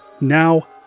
now